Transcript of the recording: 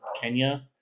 Kenya